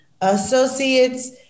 associates